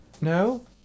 No